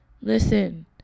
listen